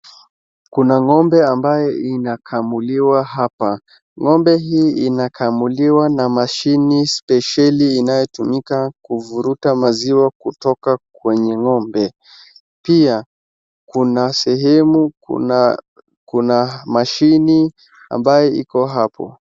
Kuna ng'ombe ambayo inakamuliwa hapa. Ng'ombe hii inakamuliwa na mashini spesheli inayotumika kuvuruta maziwa kutoka kwenye ng'ombe. Pia kuna sehemu, kuna mashini ambayo iko hapo.